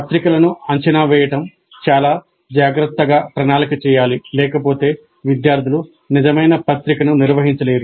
పత్రికలను అంచనా వేయడం చాలా జాగ్రత్తగా ప్రణాళిక చేయాలి లేకపోతే విద్యార్థులు నిజమైన పత్రికను నిర్వహించలేరు